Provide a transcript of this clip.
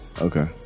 Okay